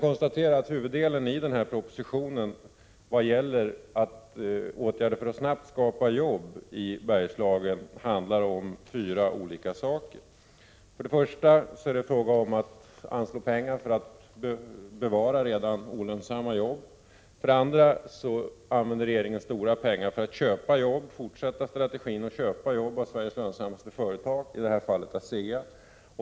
Huvuddelen av det som i denna proposition sägs om åtgärder för att snabbt skapa jobbi Bergslagen handlar om tre olika saker. För det första är det fråga om att anslå pengar för att bevara redan olönsamma jobb. För det andra använder regeringen stora pengar för att fortsätta strategin att köpa jobb av Sveriges lönsammaste företag, i det här fallet Asea.